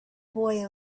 boy